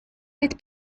mit